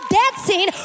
dancing